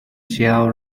xiao